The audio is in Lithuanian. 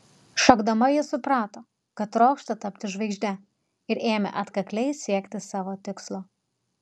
šokdama ji suprato kad trokšta tapti žvaigžde ir ėmė atkakliai siekti savo tikslo